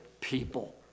people